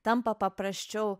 tampa paprasčiau